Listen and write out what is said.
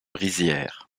rizières